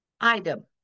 item